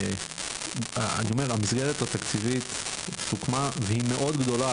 המסגרת התקציבית סוכמה והיא מאוד גדולה.